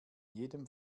jedem